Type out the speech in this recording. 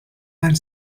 and